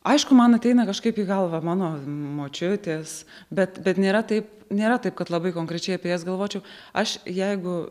aišku man ateina kažkaip į galvą mano močiutės bet bet nėra taip nėra taip kad labai konkrečiai apie jas galvočiau aš jeigu